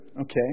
Okay